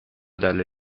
dalle